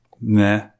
Nah